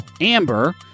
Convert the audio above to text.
Amber